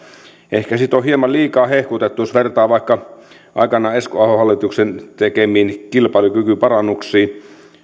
ehkä sitä on hieman liikaa hehkutettu jos vertaa vaikka aikanaan esko ahon hallituksen tekemiin kilpailukykyparannuksiin